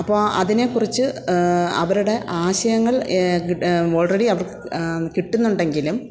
അപ്പോൾ അതിനെ കുറിച്ച് അവരുടെ ആശയങ്ങൾ ഓൾറെഡി അവർക്ക് കിട്ടുന്നുണ്ടെങ്കിലും